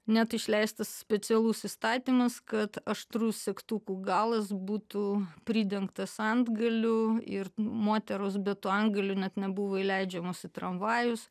net išleistas specialus įstatymas kad aštrus segtukų galas būtų pridengtas antgaliu ir moteros be tų antgaliu net nebuvo įleidžiamos į tramvajus